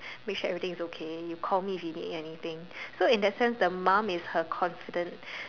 make sure everything is okay you call me if you need anything so in that sense her mum is her confident